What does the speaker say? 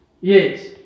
Yes